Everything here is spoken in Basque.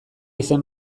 izen